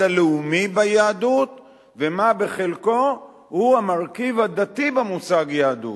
הלאומי ביהדות ומה בחלקו הוא המרכיב הדתי במושג יהדות,